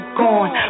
gone